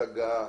השגה,